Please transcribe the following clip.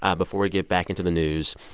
um before we get back into the news.